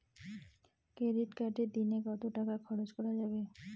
Credit কার্ডে দিনে কত টাকা খরচ করা যাবে?